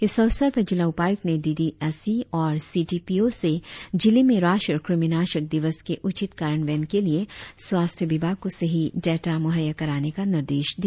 इस अवसर पर जिला उपायुक्त ने डी डी एस ई और सी डी पी ओ से जिले में राष्ट्रीय कृमिनाशक दिवस के उचित कार्यान्वयन के लिए स्वास्थ्य विभाग को सही डाटा मुहैया कराने का निर्देश दिया